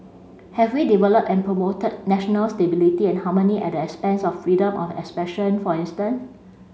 have we developed and promoted national stability and harmony at the expense of freedom of expression for instance